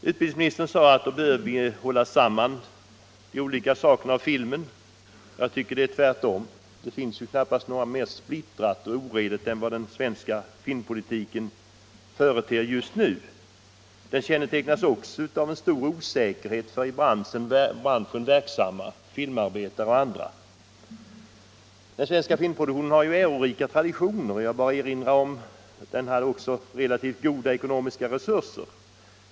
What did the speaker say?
Utbildningsministern sade att vi skall hålla samman de olika sakerna beträffande filmen. Jag tycker det är tvärtom. Det finns knappast något mer splittrat och oredigt än den svenska filmpolitiken just nu. Läget kännetecknas också av en stor osäkerhet för i branschen verksamma filmarbetare och andra. Den svenska filmproduktionen har ärorika traditioner och har tidigare även haft relativt goda ekonomiska resurser.